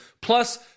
plus